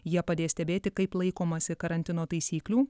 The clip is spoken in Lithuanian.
jie padės stebėti kaip laikomasi karantino taisyklių